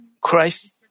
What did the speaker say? Christ